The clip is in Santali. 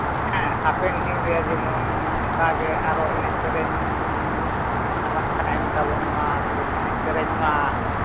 ᱦᱮᱸ ᱦᱟᱯᱮᱱ ᱫᱤᱱᱨᱮ ᱡᱮᱢᱚᱱ ᱱᱚᱝᱠᱟᱜᱮ ᱟᱨᱚ ᱮᱱᱮᱡ ᱥᱮᱹᱨᱮᱹᱧ ᱪᱟᱞᱟᱜ ᱛᱟᱦᱮᱱ ᱛᱟᱵᱚᱱ ᱢᱟ ᱥᱮᱵᱚᱱ ᱮᱱᱮᱡ ᱥᱮᱹᱨᱮᱹᱧ ᱢᱟ